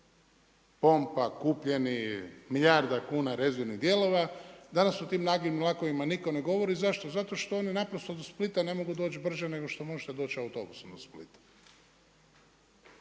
Pompa, kupljeni, milijarda kuna rezervnih dijelova, danas o tim nagibnih vlakova nitko ne govori. Zašto? Zato što oni naprosto do Splita ne mogu doći brže nego što možete doći autobusom do Splita.